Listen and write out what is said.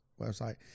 website